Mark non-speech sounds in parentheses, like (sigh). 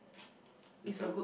(noise) it's a